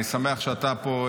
אני שמח שאתה פה,